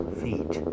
feet